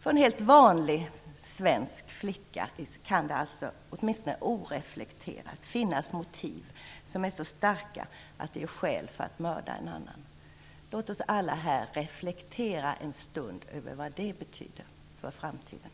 För en helt vanlig svensk flicka kan det alltså, åtminstone oreflekterat, finnas motiv som är så starka att det ger skäl för att mörda en annan människa. Låt oss alla här reflektera en stund över vad det betyder för framtiden.